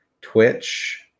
Twitch